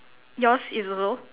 yours is also